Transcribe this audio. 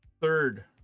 third